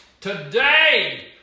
Today